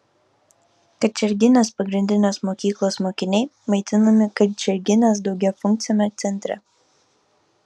kačerginės pagrindinės mokyklos mokiniai maitinami kačerginės daugiafunkciame centre